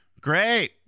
great